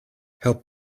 help